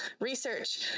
research